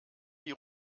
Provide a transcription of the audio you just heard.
die